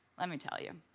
let me tell you.